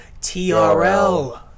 trl